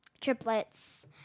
triplets